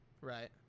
right